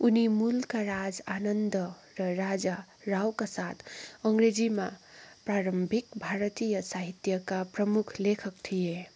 उनी मुल्कराज आनन्द र राजा रावका साथ अङ्ग्रेजीमा प्रारम्भिक भारतीय साहित्यका प्रमुख लेखक थिए